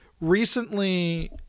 Recently